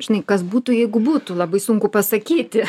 žinai kas būtų jeigu būtų labai sunku pasakyti